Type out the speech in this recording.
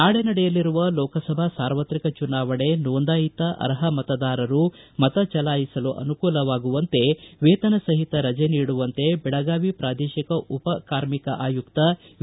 ನಾಳೆ ನಡೆಯಲಿರುವ ಲೋಕಸಭಾ ಸಾರ್ವತ್ರಿಕ ಚುನಾವಣೆ ನೋಂದಾಯಿತ ಅರ್ಹ ಕಾರ್ಮಿಕರು ಮತ ಚಲಾಯಿಸಲು ಅನುಕೂಲವಾಗುವಂತೆ ವೇತನ ಸಹಿತ ರಜೆ ನೀಡುವಂತೆ ಬೆಳಗಾವಿ ಪ್ರಾದೇಶಿಕ ಉಪ ಕಾರ್ಮಿಕ ಆಯುಕ್ತ ವಿ